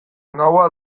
gaua